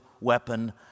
weapon